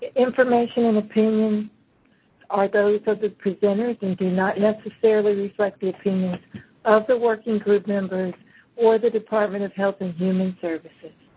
information and opinions are those of the presenters and do not necessarily reflect the opinions of the working group members or the department of health and human services.